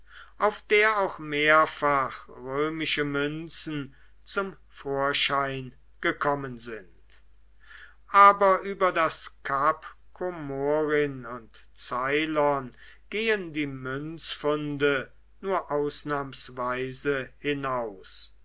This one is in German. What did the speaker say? auf der auch mehrfach römische münzen zum vorschein gekommen sind aber über das kap komorin und ceylon gehen die münzfunde nur ausnahmsweise hinaus